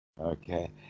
Okay